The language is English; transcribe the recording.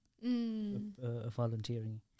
volunteering